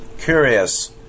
Curious